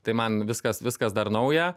tai man viskas viskas dar nauja